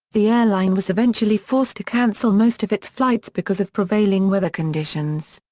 the airline was eventually forced to cancel most of its flights because of prevailing weather conditions.